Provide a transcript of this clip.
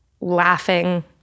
laughing